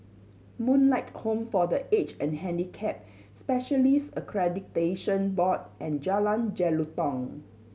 Moonlight Home for The Aged and Handicapped Specialists Accreditation Board and Jalan Jelutong